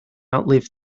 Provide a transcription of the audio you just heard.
outlive